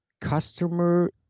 customer